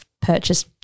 purchase